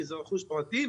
כי זה רכוש פרטי,